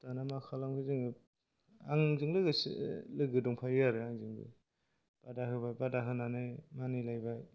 दाना माखालामो जोङो आंजों लोगोसे लोगो दंफायो आरो आंजों बादा होबाय बादा होनानै मानिलायबाय